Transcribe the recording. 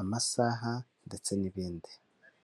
amasaha ndetse n'ibindi.